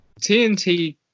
TNT